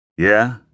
Yeah